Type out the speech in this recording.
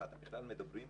מה אתם בכלל מדברים?